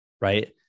Right